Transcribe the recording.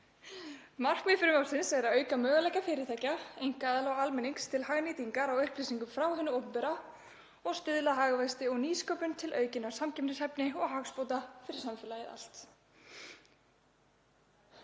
Markmið frumvarpsins er að auka möguleika fyrirtækja, einkaaðila og almennings til hagnýtingar á upplýsingum frá hinu opinbera og stuðla að hagvexti og nýsköpun til aukinnar samkeppnishæfni og hagsbóta fyrir samfélagið allt.